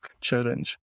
challenge